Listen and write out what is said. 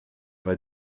bei